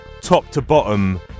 top-to-bottom